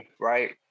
Right